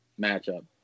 matchup